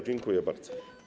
Dziękuję bardzo.